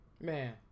Man